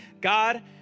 God